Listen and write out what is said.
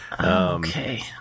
Okay